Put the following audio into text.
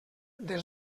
des